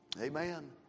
Amen